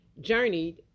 journeyed